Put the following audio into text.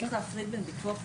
צריך להפריד בין ביטוח לשיפוי.